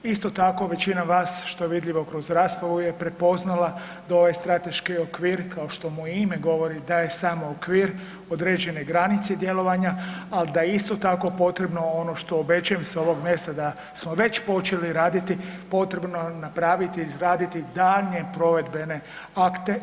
Isto tako većina vas što je vidljivo kroz raspravu je prepoznala da ovaj strateški okvir kao što mu i ime govori daje samo okvir, određene granice djelovanja, ali da je isto tako potrebno ono što obečajem sa ovog mjesta da smo već počeli raditi potrebno napraviti, izraditi daljnje provedbene akte.